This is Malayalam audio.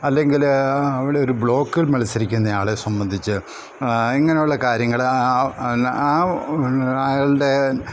അല്ലെങ്കിൽ അവിടെ ഒരു ബ്ലോക്കിൽ മത്സരിക്കുന്ന ആളെ സംബന്ധിച്ച് ഇങ്ങനുള്ള കാര്യങ്ങൾ ആ എന്നാ ആയാളുടെ